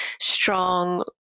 strong